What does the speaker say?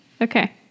Okay